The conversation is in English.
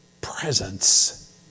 presence